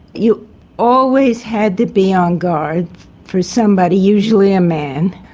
you always had to be on guard for somebody, usually a man,